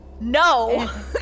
No